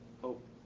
Hope